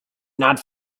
not